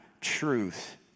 truth